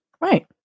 Right